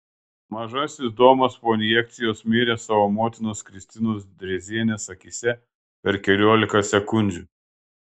mažasis domas po injekcijos mirė savo motinos kristinos drėzienės akyse per keliolika sekundžių